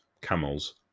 camels